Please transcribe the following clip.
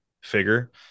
figure